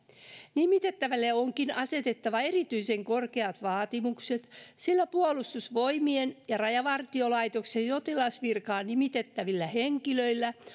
nimitettävälle onkin asetettava erityisen korkeat vaatimukset sillä puolustusvoimien ja rajavartiolaitoksen sotilasvirkaan nimitettävillä henkilöillä